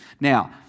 Now